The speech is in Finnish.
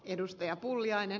arvoisa puhemies